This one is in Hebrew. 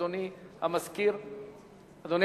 אדוני